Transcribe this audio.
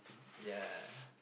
ya